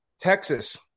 Texas